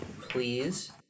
please